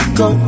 go